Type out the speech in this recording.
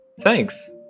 Thanks